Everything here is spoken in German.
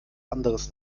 anderes